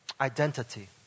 identity